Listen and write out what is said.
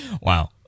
Wow